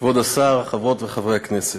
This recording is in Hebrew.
כבוד השר, חברות וחברי הכנסת,